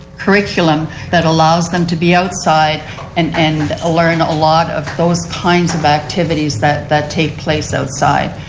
curriculum that allows them to be outside and and ah learn a lot of those kinds of activities that that take place outside.